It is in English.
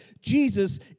Jesus